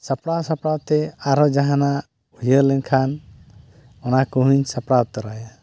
ᱥᱟᱯᱲᱟᱣ ᱥᱟᱯᱲᱟᱣᱛᱮ ᱟᱨᱦᱚᱸ ᱡᱟᱦᱟᱱᱟᱜ ᱩᱭᱦᱟᱹᱨ ᱞᱮᱱᱠᱷᱟᱱ ᱚᱱᱟ ᱠᱚᱦᱚᱸᱧ ᱥᱟᱯᱲᱟᱣ ᱛᱚᱨᱟᱭᱟ